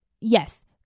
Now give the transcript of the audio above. yes